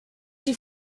die